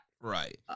Right